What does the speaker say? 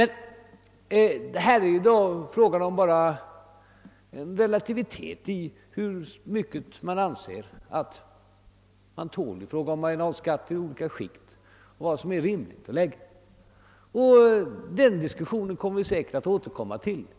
Frågan gäller vad som är en rimlig marginalskatt i olika skikt, och den diskussionen får vi säkerligen återkomma till.